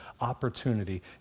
opportunity